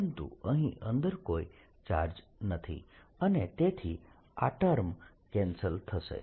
પરંતુ અહીં અંદર કોઈ ચાર્જ નથી અને તેથી આ ટર્મ કેન્સલ થશે